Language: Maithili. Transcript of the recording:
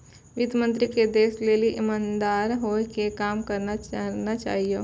वित्त मन्त्री के देश के लेली इमानदार होइ के काम करना चाहियो